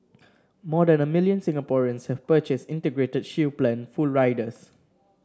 more than a million Singaporeans have purchased Integrated Shield Plan full riders